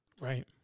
Right